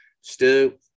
Stu